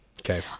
Okay